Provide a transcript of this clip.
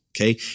Okay